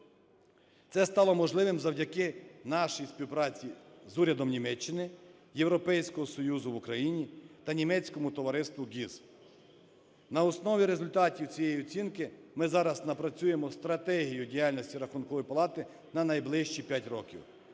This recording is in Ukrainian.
Це стало можливим завдяки нашій співпраці з урядом Німеччини, Європейського Союзу в Україні та німецькому товариству GIZ. На основі результатів цієї оцінки, ми зараз напрацюємо стратегію діяльності Рахункової палати на найближчі 5 років.